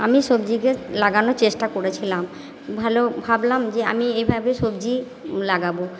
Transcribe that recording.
আমি সবজি গাছ লাগানোর চেষ্টা করেছিলাম ভালো ভাবলাম যে আমি এভাবে সবজি লাগাবো